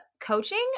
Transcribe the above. coaching